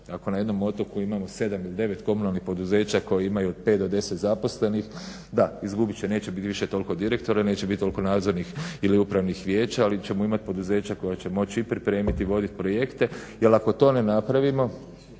Ako na jednom otoku imamo sedam ili devet komunalnih poduzeća koji imaju 5-10 da, izgubit će, neće biti više toliko direktora, neće biti toliko nadzornih ili upravnih vijeća ali ćemo imati poduzeća koja će moći i pripremiti i voditi projekte jer ako to ne napravimo